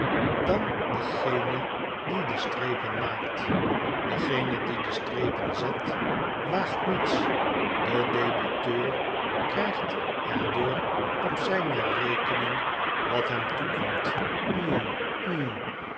dan degene die de streepen maakt degene die de strepen zet waagt niets de debiteur krijgt er door op zijne rekening wat hem toekomt